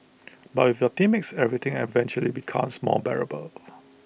but with the teammates everything eventually becomes more bearable